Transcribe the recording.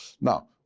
Now